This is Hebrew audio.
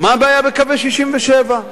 מה הבעיה בקווי 67'?